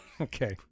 Okay